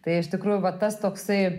tai iš tikrųjų va tas toksai